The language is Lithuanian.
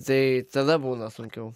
tai tada būna sunkiau